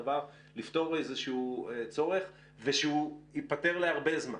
דבר לפתור צורך ושהוא ייפתר להרבה זמן.